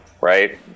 right